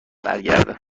برگرده